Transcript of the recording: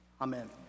amen